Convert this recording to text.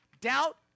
Doubt